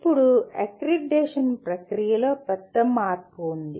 ఇప్పుడు అక్రిడిటేషన్ ప్రక్రియలో పెద్ద మార్పు ఉంది